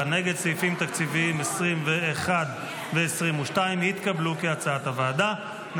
תקציביים 21 ו-22, כהצעת הוועדה, התקבלו.